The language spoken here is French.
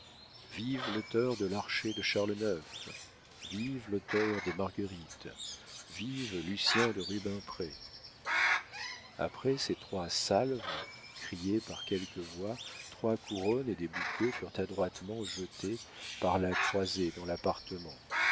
vive l'auteur de l'archer de charles ix vive l'auteur des marguerites vive lucien de rubempré après ces trois salves criées par quelques voix trois couronnes et des bouquets furent adroitement jetés par la croisée dans l'appartement